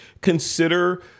consider